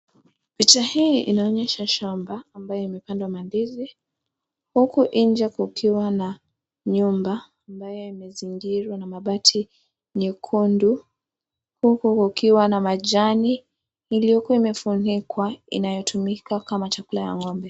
Picha hii inaonyesha shamba ambayo imepandwa mandizi. Huku nje kukiwa na nyumba ambayo imezingirwa na mabati nyekundu. Huku kukiwa na majani iliyokuwa imefunikwa, inayotumika kama chakula ya ngombe.